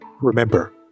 Remember